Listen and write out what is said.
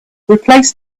replace